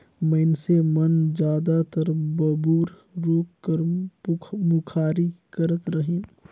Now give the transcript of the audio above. मइनसे मन जादातर बबूर रूख कर मुखारी करत रहिन